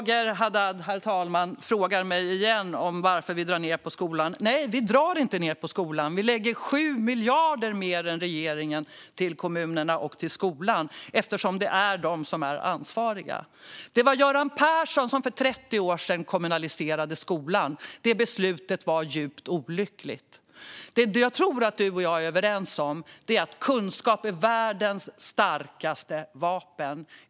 Herr talman! Roger Haddad frågar mig igen varför vi drar ned på skolan. Nej, vi drar inte ned på skolan. Vi lägger 7 miljarder mer än regeringen till kommunerna och skolan eftersom det är kommunerna som är ansvariga. Det var Göran Persson som för 30 år sedan kommunaliserade skolan. Detta beslut var djupt olyckligt. Det jag tror att du och jag är överens om, Roger Haddad, är att kunskap är världens starkaste vapen.